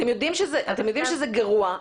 אתם יודעים שזה גרוע,